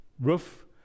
roof